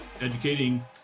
educating